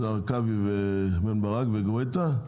זה הרכבי ובן ברק וגואטה.